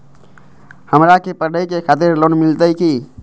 हमरा के पढ़े के खातिर लोन मिलते की?